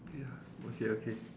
ya okay okay